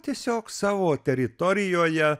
tiesiog savo teritorijoje